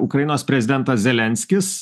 ukrainos prezidentas zelenskis